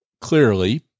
clearly